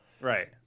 Right